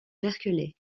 berkeley